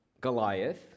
Goliath